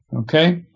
Okay